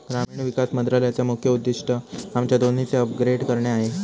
ग्रामीण विकास मंत्रालयाचे मुख्य उद्दिष्ट आमच्या दोन्हीचे अपग्रेड करणे आहे